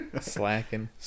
slacking